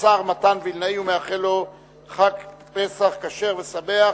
שהמשך פעילותה התקין חיוני לחוסן מקומי או לאומי בעת משבר?